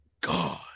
God